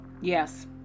Yes